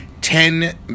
Ten